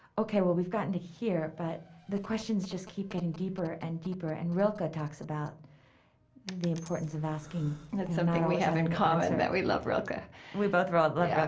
ok, well we've gotten to here, but the questions just keep getting deeper and deeper and rilke ah talks about the importance of asking, that's something we have in common that we love rilke ah we both love rilke. but